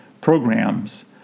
programs